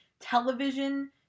television